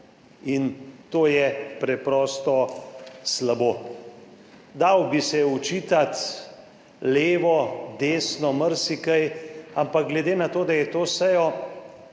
In to je preprosto slabo. Dalo bi se očitati levo, desno, marsikaj, ampak glede na to, da je to sejo